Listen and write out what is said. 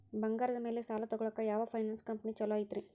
ಬಂಗಾರದ ಮ್ಯಾಲೆ ಸಾಲ ತಗೊಳಾಕ ಯಾವ್ ಫೈನಾನ್ಸ್ ಕಂಪನಿ ಛೊಲೊ ಐತ್ರಿ?